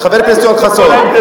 חסון,